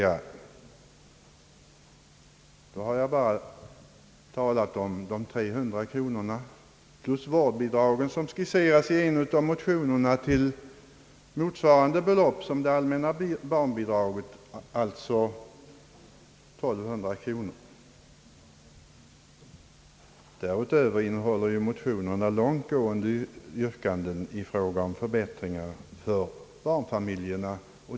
Därvid har jag bara räknat med höjningen på 300 kronor av barnbidragen plus de vårdnadsbidrag som skisseras i en av motionerna till motsvarande belopp som det allmänna barnbidraget, d. v. s. 1200 kronor. Därutöver innehåller motionerna långt gående yrkanden om förbättringar för barnfamiljerna.